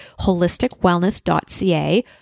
holisticwellness.ca